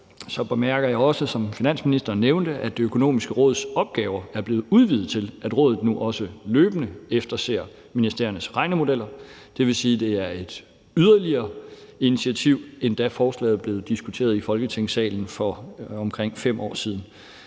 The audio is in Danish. bemærker jeg også, som finansministeren nævnte, at Det Økonomiske Råds opgaver er blevet udvidet til, at rådet nu også løbende efterser ministeriernes regnemodeller. Det er et yderligere initiativ, i forhold til da forslaget blev diskuteret i Folketingssalen for omkring 5 år siden.